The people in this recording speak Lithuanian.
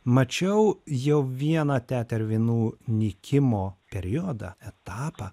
mačiau jau vieną tetervinų nykimo periodą etapą